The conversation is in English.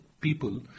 people